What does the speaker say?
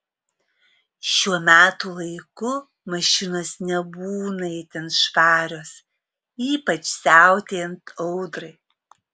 šiuo metų laiku mašinos nebūna itin švarios ypač siautėjant audrai